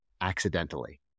accidentally